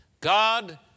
God